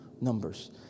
Numbers